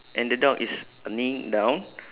and the dog is kneeling down